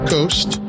Coast